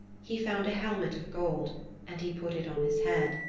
he found a helmet of gold and he put it on his head.